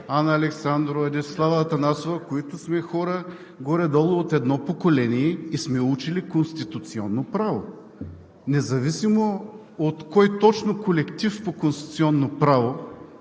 Анна Александрова, Десислава Атанасова, които сме хора горе-долу от едно поколение и сме учили Конституционно право. Независимо от кой точно колектив по Конституционно право